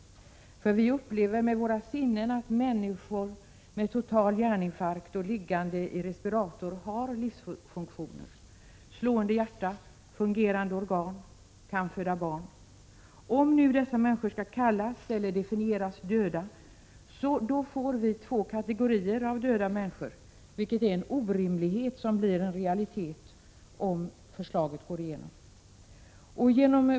Vi upplever nämligen med våra sinnen att människor med total hjärninfarkt, liggande i respirator, ändå har livsfunktioner — slående hjärta, fungerande organ och förmåga att föda barn. Om sådana människor skall definieras som döda får vi två kategorier av döda människor. Det är en orimlighet som blir en realitet, Prot. 1986/87:117 om föreliggande förslag går igenom.